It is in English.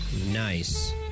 Nice